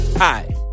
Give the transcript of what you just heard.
Hi